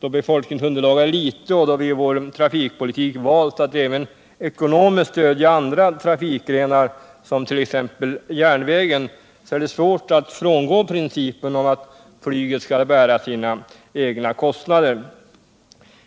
då befolkningsunderlaget är litet och då vi i vår trafikpolitik valt att även ekonomiskt stödja andra trafikgrenar, t.ex. järnvägen, är det svårt att frångå principen om att flyget skall bära sina egna kostnader.